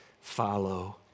follow